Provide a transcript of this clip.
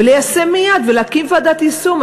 וליישם מייד ולהקים ועדת יישום.